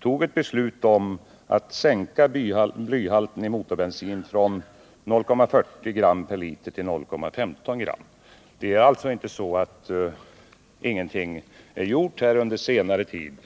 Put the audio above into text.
fattade beslut om att sänka blyhalten i motorbensin från 0,40 gram per liter till 0,15 gram. Det är alltså inte så att ingenting gjorts under senare tid.